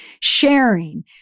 sharing